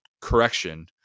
correction